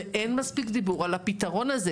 אנחנו צריכים שיהיה לנו מספיק זמן לעשות את זה.